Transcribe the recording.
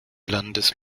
landes